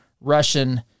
Russian